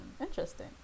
Interesting